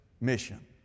mission